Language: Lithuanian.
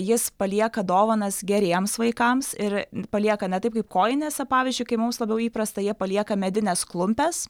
jis palieka dovanas geriems vaikams ir palieka ne taip kaip kojinėse pavyzdžiui kai mums labiau įprasta jie palieka medines klumpes